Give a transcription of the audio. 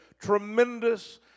tremendous